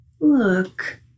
Look